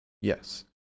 Yes